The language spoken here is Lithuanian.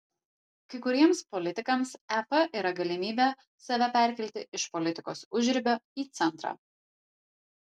kai kuriems politikams ep yra galimybė save perkelti iš politikos užribio į centrą